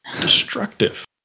Destructive